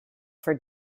for